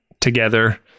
together